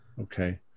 Okay